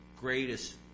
greatest